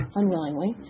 unwillingly